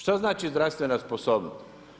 Šta znači zdravstvena sposobnost?